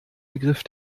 begriff